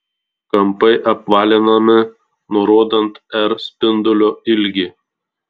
kampai apvalinami nurodant r spindulio ilgį